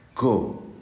Go